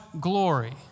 glory